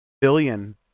billion